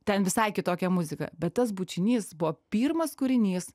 ten visai kitokia muzika bet tas bučinys buvo pirmas kūrinys